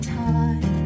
time